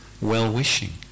well-wishing